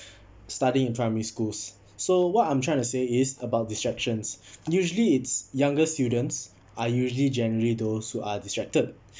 studying in primary schools so what I'm trying to say is about distractions usually it's younger students are usually generally those who are distracted